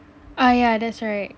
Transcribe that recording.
oh yeah that's right